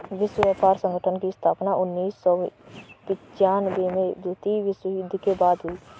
विश्व व्यापार संगठन की स्थापना उन्नीस सौ पिच्यानबें में द्वितीय विश्व युद्ध के बाद हुई